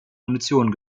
munition